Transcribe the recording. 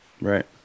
right